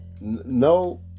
No